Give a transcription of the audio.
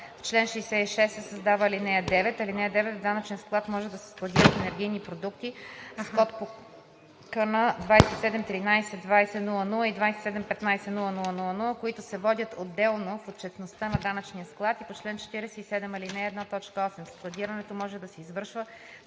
В чл. 66 се създава ал. 9: „(9) В данъчен склад може да се складират енергийни продукти с код по КН 2713 20 00 и 2715 00 00, които се водят отделно в отчетността на данъчния склад по чл. 47, ал. 1, т. 8. Складирането може да се извършва,